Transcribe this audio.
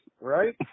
right